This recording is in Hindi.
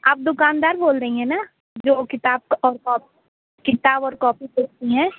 आप दुकानदार बोल रही है ना जो किताब और कॉ किताब और कॉपी बेचती हैं